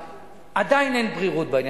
עדיין אין בהירות בעניין.